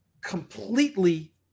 completely